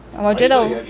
我觉得